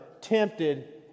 tempted